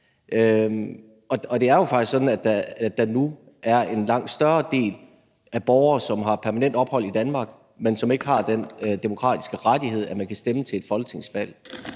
Og det er jo faktisk sådan, at der nu er en langt større del af borgere, som har permanent ophold i Danmark, men som ikke har den demokratiske rettighed, at man kan stemme til et folketingsvalg.